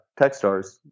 Techstars